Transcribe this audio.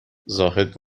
زاهد